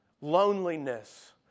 Loneliness